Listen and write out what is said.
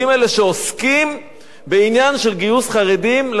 שעוסקים בעניין של גיוס חרדים לצבא,